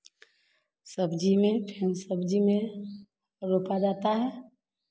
सब्ज़ी में फिर सब्ज़ी में रोपा जाता है